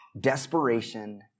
desperation